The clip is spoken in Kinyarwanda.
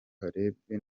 harebwe